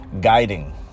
guiding